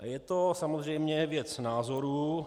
Je to samozřejmě věc názoru.